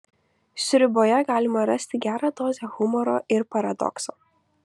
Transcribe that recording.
sriuboje galima rasti gerą dozę humoro ir paradokso